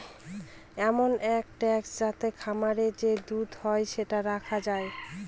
এমন এক ট্যাঙ্ক যাতে খামারে যে দুধ হয় সেটা রাখা যায়